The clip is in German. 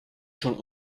schon